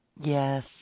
Yes